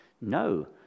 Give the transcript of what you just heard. No